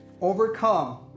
Overcome